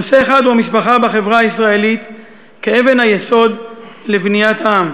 נושא אחד הוא המשפחה בחברה הישראלית כאבן היסוד לבניית העם.